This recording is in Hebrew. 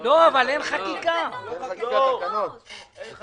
תראו מה קורה מהצפון הרחוק ועד הדרום הרחוק.